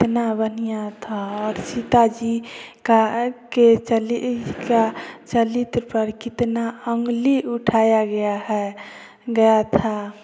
कितना बढ़िया था और सीता जी का के चली का चरित्र कितना उंगली उठाया गया है गया था